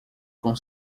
com